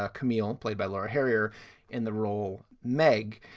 ah camille, played by laura harrier in the role meg.